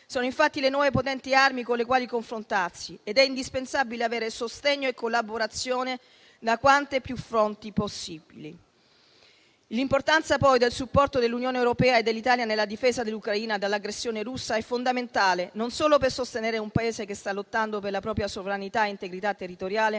sono, infatti, le nuove potenti armi con le quali confrontarsi ed è indispensabile avere sostegno e collaborazione da quanti più fronti possibili. L'importanza, poi, del supporto dell'Unione europea e dell'Italia nella difesa dell'Ucraina dall'aggressione russa è fondamentale, non solo per sostenere un Paese che sta lottando per la propria sovranità e integrità territoriale,